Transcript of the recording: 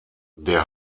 der